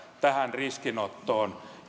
tähän riskinottoon